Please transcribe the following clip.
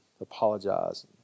apologize